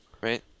Right